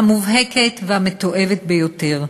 המובהקת והמתועבת ביותר,